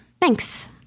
Thanks